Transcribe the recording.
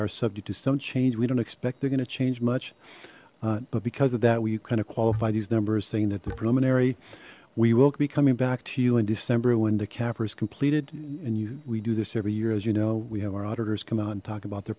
are subject to some change we don't expect they're going to change much but because of that we kind of qualify these numbers saying that the preliminary we will be coming back to you in december when the capper is completed and you we do this every year as you know we have our auditors come out and talk about their